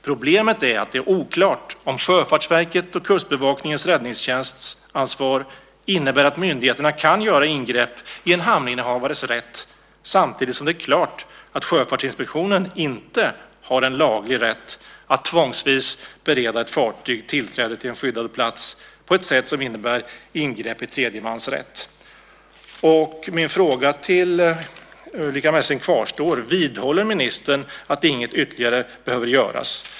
Problemet är att det är oklart om Sjöfartsverkets och Kustbevakningens räddningstjänstansvar innebär att myndigheterna kan göra ingrepp i en hamninnehavares rätt samtidigt som det är klart att Sjöfartsinspektionen inte har en laglig rätt att tvångsvis bereda ett fartyg tillträde till en skyddad plats på ett sätt, som innebär ingrepp i tredje mans rätt." Min fråga till Ulrica Messing kvarstår: Vidhåller ministern att inget ytterligare behöver göras?